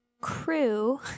crew